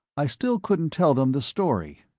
i still couldn't tell them the story.